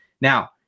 Now